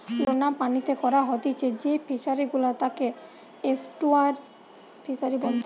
লোনা পানিতে করা হতিছে যেই ফিশারি গুলা তাকে এস্টুয়ারই ফিসারী বলেতিচ্ছে